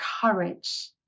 courage